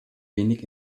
wenig